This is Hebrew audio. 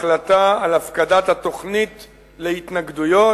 החלטה על הפקדת התוכנית להתנגדויות.